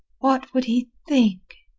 what would he think?